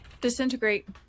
Disintegrate